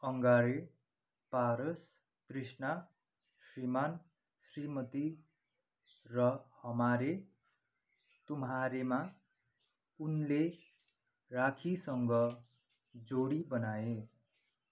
अंगारे पारस तृष्णा श्रीमान श्रीमती र हमारे तुम्हारेमा उनले राखीसँग जोडी बनाए